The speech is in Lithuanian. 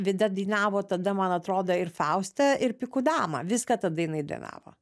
vida dainavo tada man atrodo ir fauste ir pikų dama viską tada jinai dainavo